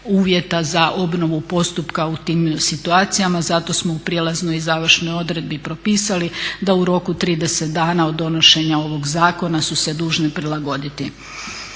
uvjeta za obnovu postupka u tim situacijama. Zato smo u prijelaznoj i završnoj odredbi propisali da u roku 30 dana od donošenja ovog zakona su se dužni prilagoditi.